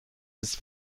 ist